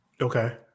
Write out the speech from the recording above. okay